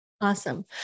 Awesome